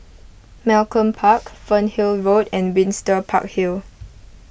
Malcolm Park Fernhill Road and Windsor Park Hill